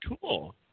Cool